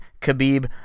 Khabib